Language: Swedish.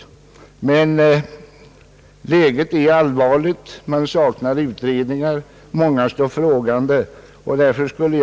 Skogens transportproblem är för Norrland en stor och allvarlig fråga, som inte förefaller allsidigt och grundligt penetrerad.